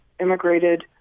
immigrated